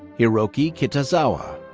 hiroki kitazawa.